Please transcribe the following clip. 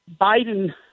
Biden